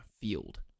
field